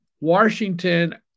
Washington